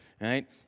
right